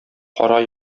кара